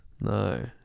No